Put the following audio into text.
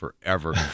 forever